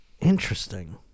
Interesting